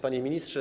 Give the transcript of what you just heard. Panie Ministrze!